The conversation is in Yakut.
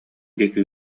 диэки